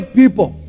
people